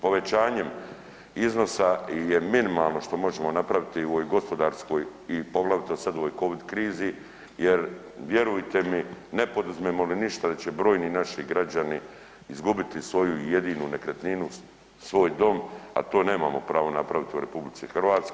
Povećanjem iznosa je minimalno što možemo napraviti u ovoj gospodarskoj i poglavito sada u ovoj covid krizi jel vjerujte mi ne poduzmemo li ništa da će brojni naši građani izgubiti svoju jedinu nekretninu, svoj dom, a to nemamo pravo napraviti u RH.